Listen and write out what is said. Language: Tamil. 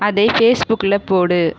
அதை ஃபேஸ்புக்கில் போடு